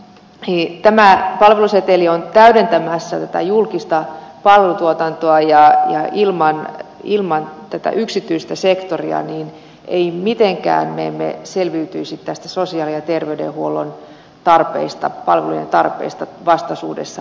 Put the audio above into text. tämä palveluseteli on täydentämässä julkista palvelutuotantoa ja ilman tätä yksityistä sektoria emme mitenkään selviytyisi sosiaali ja ter veydenhuollon palvelutarpeesta vastaisuudessa